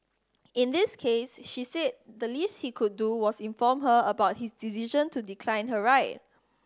in this case she said the least he could do was inform her about his decision to decline her ride